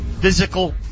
physical